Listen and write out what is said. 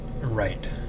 Right